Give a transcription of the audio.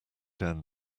down